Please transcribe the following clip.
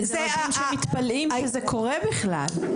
זה --- שמתפלאים שזה קורה בכלל.